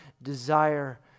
desire